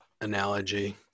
analogy